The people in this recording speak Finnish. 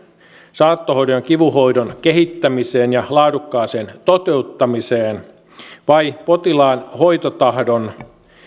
saattohoidon ja kivunhoidon kehittämiseen ja laadukkaaseen toteuttamiseen vai potilaan hoitotahdon